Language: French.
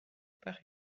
par